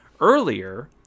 earlier